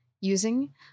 using